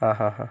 ആ ഹ ഹ